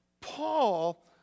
Paul